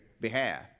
behalf